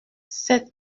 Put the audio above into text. sept